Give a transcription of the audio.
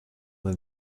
than